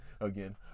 again